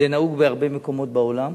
זה נהוג בהרבה מקומות בעולם.